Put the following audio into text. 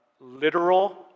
literal